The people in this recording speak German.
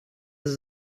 ist